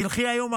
תלכי היום,